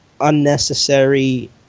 unnecessary